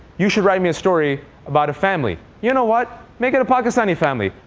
you should write me a story about a family. you know what? make it a pakistani family.